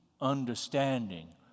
understanding